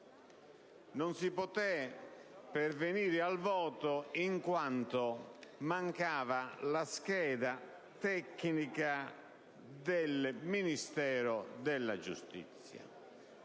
Non si poté pervenire al voto in quanto mancava la relazione tecnica del Ministero della giustizia.